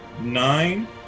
nine